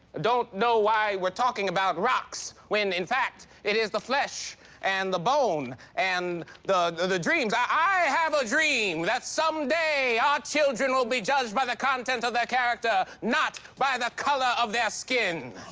don't know why we're talking about rocks when, in fact, it is the flesh and the bone and the the dreams i i have a dream that someday our children will be judged by the content of their character, not by the color of their skin.